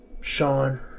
Sean